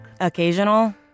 Occasional